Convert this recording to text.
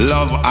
Love